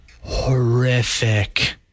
Horrific